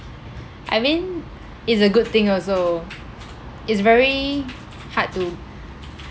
I mean it's a good thing also it's very hard to